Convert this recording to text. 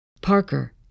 Parker